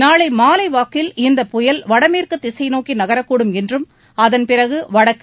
நாளை மாலைவாக்கில் இந்த புயல் வடமேற்கு திசை நோக்கி நகரக்கூடும் என்றும் அதன்பிறகு வடக்கு